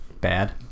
Bad